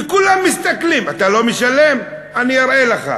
וכולם מסתכלים אתה לא משלם, אני אראה לך.